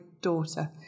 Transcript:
daughter